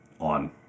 on